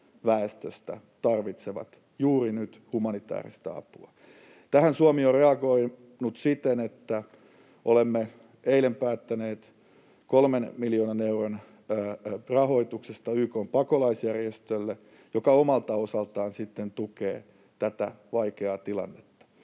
väestöstä tarvitsee juuri nyt humanitääristä apua. Tähän Suomi on reagoinut siten, että olemme eilen päättäneet 3 miljoonan euron rahoituksesta YK:n pakolaisjärjestölle, joka omalta osaltaan sitten tukee tätä vaikeaa tilannetta.